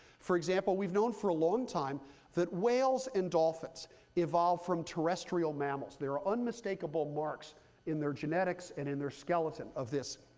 for example, we've known for a long time that whales and dolphins evolved from terrestrial mammals. there are unmistakable marks in their genetics and in their skeleton of this.